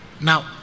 Now